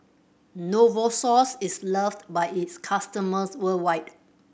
Novosource is loved by its customers worldwide